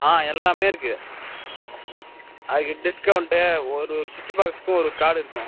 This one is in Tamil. ஆ எல்லாமே இருக்கு அதுக்கு டிஸ்கௌண்ட்டு ஒரு சுவிட்ச்சு பாக்ஸ்க்கு ஒரு கார்டு இருக்கும்